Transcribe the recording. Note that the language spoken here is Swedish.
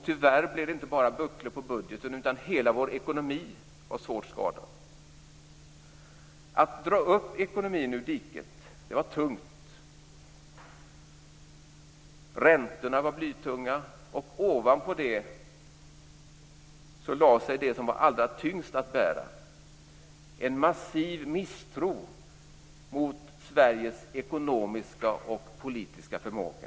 Tyvärr blev det inte bara bucklor på budgeten, utan hela vår ekonomi var svårt skadad. Att dra upp ekonomin ur diket var tungt. Räntorna var blytunga, och ovanpå det lade sig det som var allra tyngst att bära - en massiv misstro mot Sveriges ekonomiska och politiska förmåga.